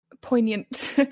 poignant